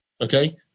Okay